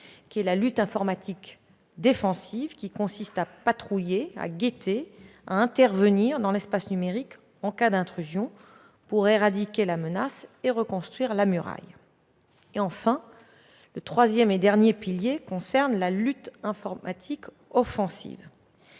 qui est la lutte informatique défensive. Elle consiste à patrouiller, à guetter et à intervenir dans l'espace numérique en cas d'intrusion pour éradiquer la menace et reconstruire la muraille. Enfin, la troisième mission est la lutte informatique offensive,